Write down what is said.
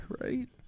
right